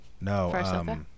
No